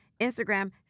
instagram